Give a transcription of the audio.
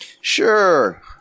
Sure